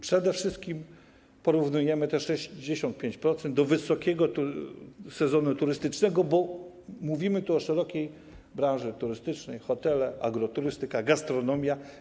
Przede wszystkim porównujemy te 65% do wysokiego sezonu turystycznego, bo mówimy tu o szerokiej branży turystycznej - hotele, agroturystyka, gastronomia.